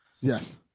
Yes